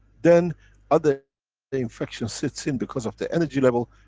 then other infection sets in because of the energy level,